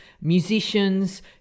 musicians